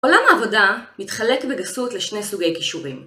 עולם העבודה מתחלק בגסות לשני סוגי קישורים.